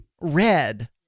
red